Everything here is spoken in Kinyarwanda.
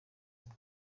imwe